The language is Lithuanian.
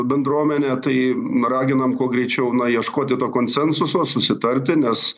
bendruomenė tai raginam kuo greičiau na ieškoti to konsensuso susitarti nes